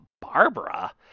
Barbara